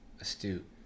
astute